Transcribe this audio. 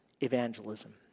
evangelism